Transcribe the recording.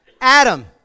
Adam